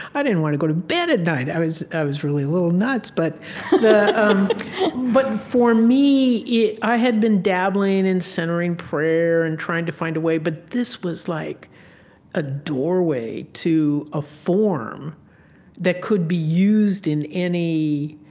i didn't want to go to bed at night. i was i was really a little nuts but but for me yeah i had been dabbling in centering prayer and trying to find a way. but this was like a doorway to a form that could be used in any